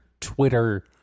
Twitter